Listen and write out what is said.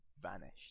vanished